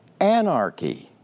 Anarchy